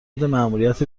ماموریت